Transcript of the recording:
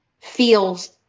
feels